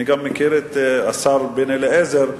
אני גם מכיר את השר בן-אליעזר,